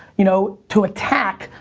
you know, to attack,